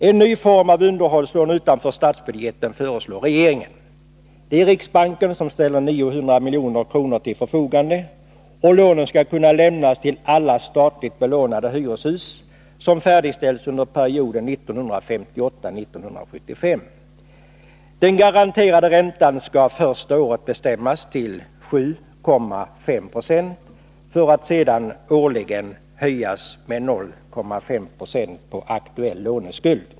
En ny form av underhållslån utanför statsbudgeten föreslås av regeringen. Riksbanken ställer 900 milj.kr. till förfogande, och lånen skall kunna lämnas till alla statligt belånade hyreshus som har färdigställts under perioden 1958-1975. Den garanterade räntan skall första året bestämmas till 7,5 96 för att sedan årligen höjas med 0,5 26 på aktuell låneskuld.